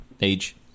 Age